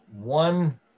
one